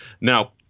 Now